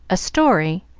a story,